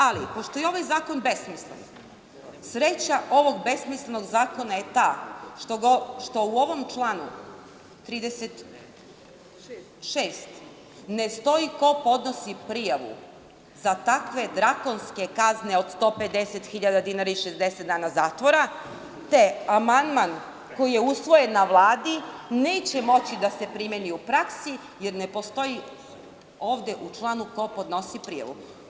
Ali, pošto je ovaj zakon besmislen, sreća ovog besmislenog zakona je ta što u ovom članu 36. ne stoji ko podnosi prijavu za takve drakonske kazne od 150.000 dinara i 60 dana zatvora, te amandman koji je usvojen na Vladi neće moći da se primeni u praksi jer ne postoji ovde u članu ko podnosi prijavu.